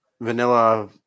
vanilla